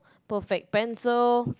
perfect pencil